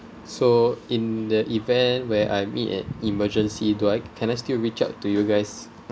so in the event where I'm in an emergency do I can I still reach out to you guys